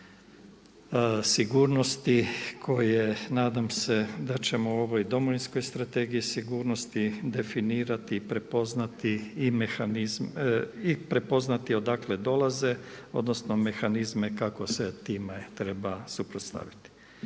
sigurnosti koje nadam se da ćemo u ovoj domovinskoj strategiji sigurnosti definirati i prepoznati odakle dolaze odnosno mehanizme kako se time treba suprotstaviti.